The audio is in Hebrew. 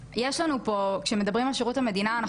כשמדברים על שירות המדינה,